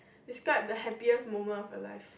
describe the happiest moment of a life